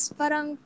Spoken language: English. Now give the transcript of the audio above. parang